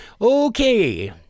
Okay